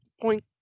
point